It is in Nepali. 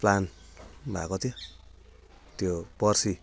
प्लान भएको थियो त्यो पर्सि